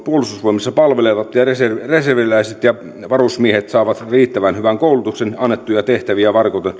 puolustusvoimissa palvelevat ja reserviläiset ja varusmiehet saavat riittävän hyvän koulutuksen annettuja tehtäviä varten